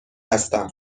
هستم